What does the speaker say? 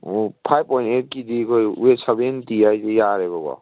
ꯑꯣ five point ꯑꯩꯠꯀꯤꯗꯤ ꯑꯩꯈꯣꯏ ꯋꯦꯠ ꯁꯕꯦꯟꯇꯤ ꯍꯥꯏꯁꯦ ꯌꯥꯔꯦꯕꯀꯣ